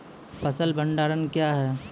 फसल भंडारण क्या हैं?